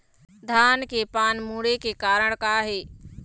धान के पान मुड़े के कारण का हे?